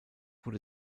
wurde